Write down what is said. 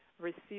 receive